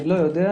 אני לא יודע.